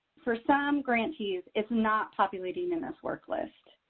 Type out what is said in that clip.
for some grantees, it's not populating in this work list.